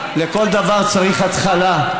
לכל דבר צריך התחלה,